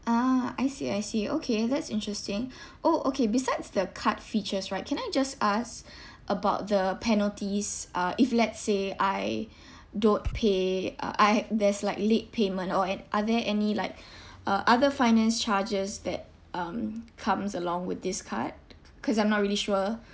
ah I see I see okay that's interesting orh okay besides the card features right can I just ask about the penalties uh if let's say I don't pay uh I had there's like late payment or and are there any like uh other finance charges that um comes along with this card cause I'm not really sure